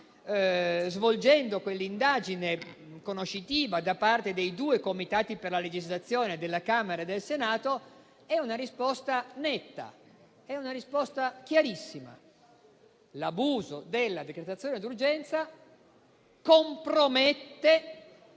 svolgendo quell'indagine conoscitiva da parte dei due Comitati per la legislazione della Camera e del Senato. È una risposta netta, chiarissima: l'abuso della decretazione d'urgenza compromette